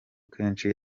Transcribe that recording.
kenshi